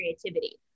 creativity